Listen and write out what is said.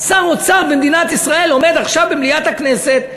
שר אוצר במדינת ישראל עומד עכשיו במליאת הכנסת,